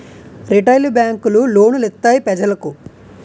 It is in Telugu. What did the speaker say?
రిటైలు బేంకులు లోను లిత్తాయి పెజలకు